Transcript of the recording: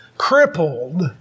Crippled